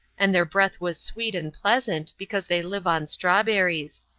and their breath was sweet and pleasant, because they live on strawberries.